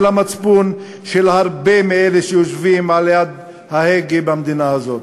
המצפון של הרבה מאלה שיושבים ליד ההגה במדינה הזאת.